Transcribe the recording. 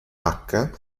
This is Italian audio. accedono